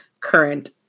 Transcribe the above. current